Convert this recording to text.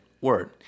Word